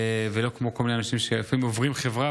ולא כמו כל מיני אנשים שלפעמים עוברים חברה